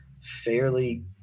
fairly